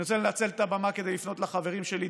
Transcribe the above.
אני רוצה לנצל את הבמה כדי לפנות לחברים שלי,